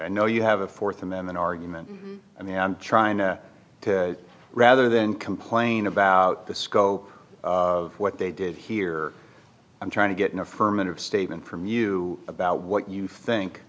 i know you have a fourth amendment argument and the i'm trying to rather than complain about the scope of what they did here i'm trying to get an affirmative statement from you about what you think